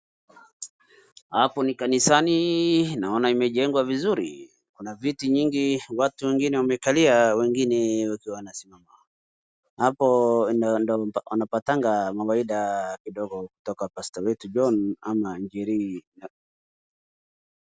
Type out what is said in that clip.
Hapo ni kanisani. Naona imejengwa vizuri, kuna viti nyingi watu wengine wamekalia wengine wakiwa wanasimama. Hapo ndo unapatanga mawaidha kidogo kutoka pasta wetu John ama Njeri.